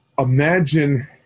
Imagine